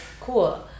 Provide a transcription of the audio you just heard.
Cool